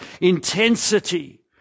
intensity